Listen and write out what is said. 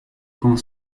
quand